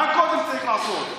מה קודם צריך לעשות?